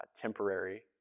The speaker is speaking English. temporary